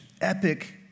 epic